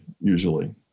usually